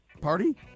Party